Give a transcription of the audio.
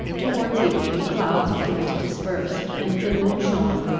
towards evening, the clouds began to disperse, and the moon shone,